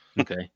Okay